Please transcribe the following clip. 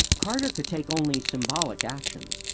carter could take only symbolic actions,